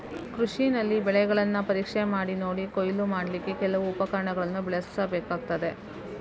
ಕೃಷಿನಲ್ಲಿ ಬೆಳೆಗಳನ್ನ ಪರೀಕ್ಷೆ ಮಾಡಿ ನೋಡಿ ಕೊಯ್ಲು ಮಾಡ್ಲಿಕ್ಕೆ ಕೆಲವು ಉಪಕರಣಗಳನ್ನ ಬಳಸ್ಬೇಕಾಗ್ತದೆ